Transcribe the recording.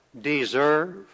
deserve